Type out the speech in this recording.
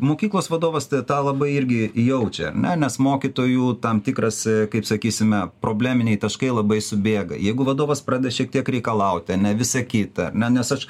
mokyklos vadovas tai tą labai irgi jaučia ar ne nes mokytojų tam tikras kaip sakysime probleminiai taškai labai subėga jeigu vadovas pradeda šiek tiek reikalauti ar ne visa kita ar ne nes aš